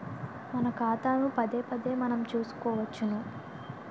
మన ఖాతాను పదేపదే మనం చూసుకోవచ్చును